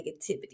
negativity